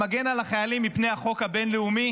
שמגן על החיילים מפני החוק הבין-לאומי,